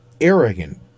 arrogant